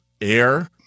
air